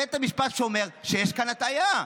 בית המשפט שאומר שיש כאן הטעיה.